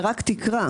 זה רק תקרה.